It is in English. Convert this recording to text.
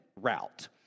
route